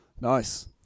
Nice